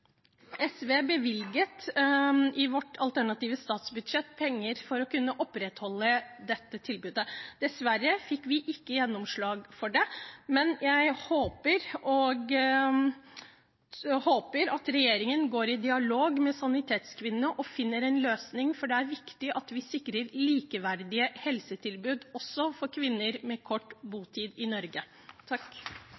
SV bevilget i vårt alternative statsbudsjett penger for å kunne opprettholde dette tilbudet. Dessverre fikk vi ikke gjennomslag for det, men jeg håper at regjeringen går i dialog med Sanitetskvinnene og finner en løsning, for det er viktig at vi sikrer likeverdige helsetilbud, også for kvinner med kort